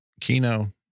Kino